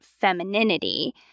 femininity